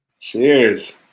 Cheers